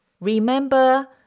Remember